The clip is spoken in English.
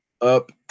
up